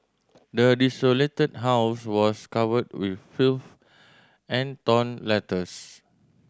the desolated house was covered with filth and torn letters